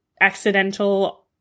accidental